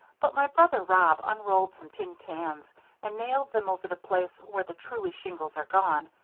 but my brother rob unrolled some tin cans and nailed them over the place where the truly shingles are gone,